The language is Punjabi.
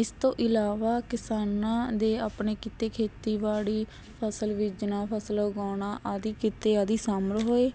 ਇਸ ਤੋਂ ਇਲਾਵਾ ਕਿਸਾਨਾਂ ਦੇ ਆਪਣੇ ਕਿੱਤੇ ਖੇਤੀਬਾੜੀ ਫ਼ਸਲ ਬੀਜਣਾ ਫ਼ਸਲ ਉਗਾਉਣਾ ਆਦਿ ਕਿੱਤੇ ਆਦਿ ਸ਼ਾਮਲ ਹੋਏ